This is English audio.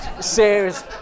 Serious